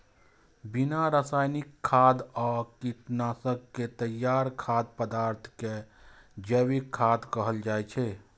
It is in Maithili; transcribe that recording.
बिना रासायनिक खाद आ कीटनाशक के तैयार खाद्य पदार्थ कें जैविक खाद्य कहल जाइ छै